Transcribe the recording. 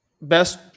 best